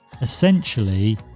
essentially